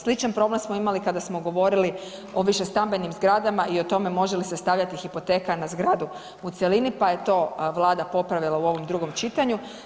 Sličan problem smo imali kada smo govorili o višestambenim zgradama i o tome može li se stavljati hipoteka na zgradu u cjelini, pa je to Vlada popravila u ovom drugom čitanju.